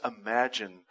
imagine